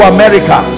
America